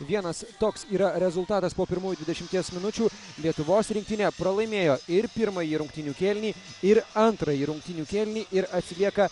vienas toks yra rezultatas po pirmųjų dvidešimies minučių lietuvos rinktinė pralaimėjo ir pirmąjį rungtynių kėlinį ir antrąjį rungtynių kėlinį ir atsilieka